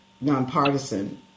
nonpartisan